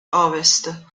ovest